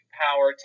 power